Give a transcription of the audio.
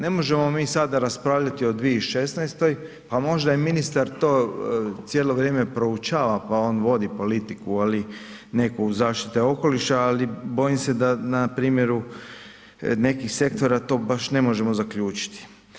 Ne možemo mi sada raspravljati o 2016., pa možda i ministar to cijelo vrijeme proučava pa on vodi politiku ali, neku zaštite okoliša, ali bojim se da na primjeru nekih sektora to baš ne možemo zaključiti.